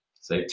say